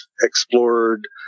explored